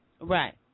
Right